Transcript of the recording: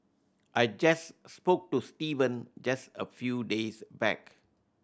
I just spoke to Steven just a few days back